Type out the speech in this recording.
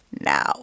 now